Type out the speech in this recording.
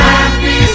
Happy